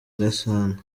gasana